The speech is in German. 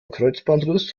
kreuzbandriss